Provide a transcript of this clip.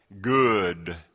good